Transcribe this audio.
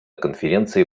конференции